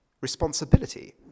responsibility